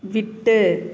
விட்டு